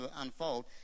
unfold